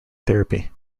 therapy